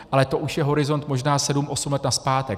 Ale to už je horizont možná sedm osm let nazpátek.